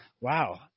Wow